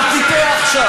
אל תטעה עכשיו.